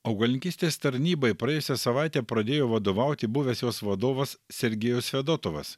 augalininkystės tarnybai praėjusią savaitę pradėjo vadovauti buvęs jos vadovas sergejus fedotovas